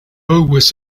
always